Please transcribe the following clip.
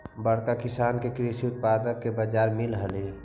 बड़का किसान के कृषि उत्पाद के बाजार मिलऽ हई